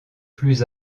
plus